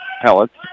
Pellets